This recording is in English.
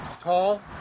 tall